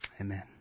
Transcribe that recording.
Amen